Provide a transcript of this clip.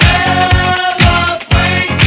Celebrate